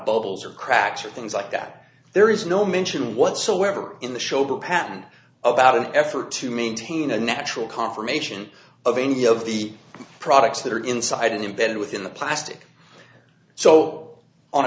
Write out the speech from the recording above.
or cracks or things like that there is no mention whatsoever in the shoulder patent about an effort to maintain a natural confirmation of any of the products that are inside embedded within the plastic so on